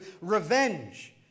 revenge